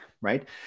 Right